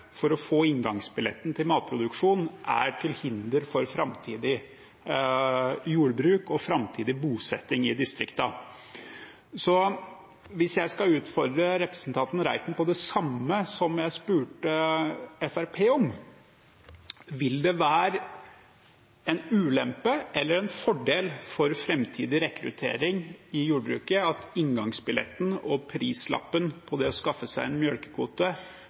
for å få inngangsbillett til matproduksjon, er til hinder for framtidig jordbruk og bosetting i distriktene. Jeg skal utfordre representanten Reiten på det samme som jeg spurte Fremskrittspartiet om: Vil det være en ulempe eller en fordel for framtidig rekruttering til jordbruket at inngangsbilletten og prisen på det å skaffe seg en mjølkekvote